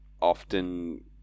often